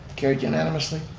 carried unanimously.